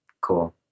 Cool